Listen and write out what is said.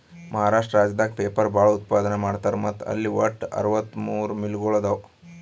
ಮಹಾರಾಷ್ಟ್ರ ರಾಜ್ಯದಾಗ್ ಪೇಪರ್ ಭಾಳ್ ಉತ್ಪಾದನ್ ಮಾಡ್ತರ್ ಮತ್ತ್ ಅಲ್ಲಿ ವಟ್ಟ್ ಅರವತ್ತಮೂರ್ ಮಿಲ್ಗೊಳ್ ಅವಾ